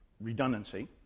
redundancy